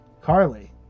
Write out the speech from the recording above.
carly